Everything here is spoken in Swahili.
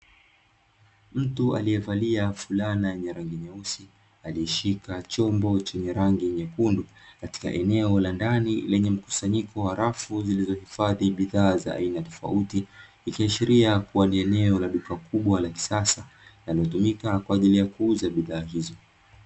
Mtu aliyevalia fulana yenye rangi nyeusi, aliyeshika chombo chenye rangi nyekundu katika eneo la ndani lenye mkusanyiko wa rafu zinazohifadhi bidhaa tofauti. Ikiashiria kuwa ni duka kubwa la kisasa, linalotumika kwa ajili ya kuuza bidhaa hizo.